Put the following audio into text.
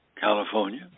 California